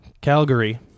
Calgary